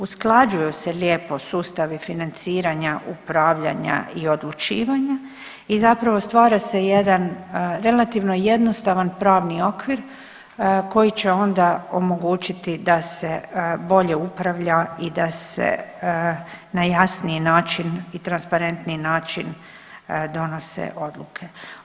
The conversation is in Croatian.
Usklađuju se lijepo sustavi financiranja, upravljanja i odlučivanja i zapravo stvara se jedan relativno jednostavan pravni okvir koji će onda omogućiti da se bolje upravlja i da se na jasniji način i transparentniji način donose odluke.